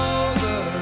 over